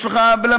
יש לך בלמים,